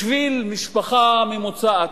בשביל משפחה ממוצעת,